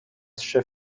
trzy